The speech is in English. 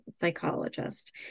psychologist